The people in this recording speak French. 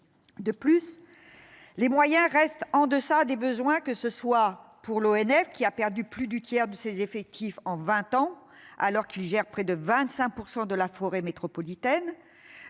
De plus. Les moyens restent en deçà des besoins, que ce soit pour l'ONF qui a perdu plus du tiers de ses effectifs en 20 ans alors qu'il gère près de 25% de la forêt métropolitaine.